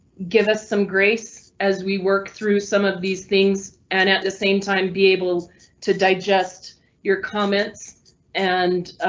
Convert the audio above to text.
give us some grace as we work through some of these things and at the same time be able to digest your comments and